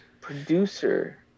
producer